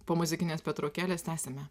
po muzikinės pertraukėlės tęsime